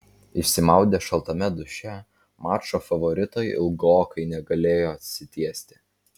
išsimaudę šaltame duše mačo favoritai ilgokai negalėjo atsitiesti